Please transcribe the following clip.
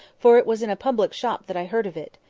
for it was in a public shop that i heard of it.